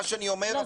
מה שאני אומר,